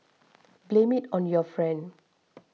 blame it on your friend